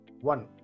one